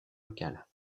locales